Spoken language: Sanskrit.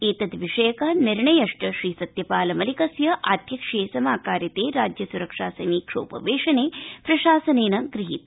एतद विषयको निर्णयश्च श्रीसत्यपाल मलिकस्य आध्यक्ष्ये समाकारिते राज्य स्रक्षा समीक्षोप वेशने प्रशासनेन गृहीतः